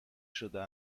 شده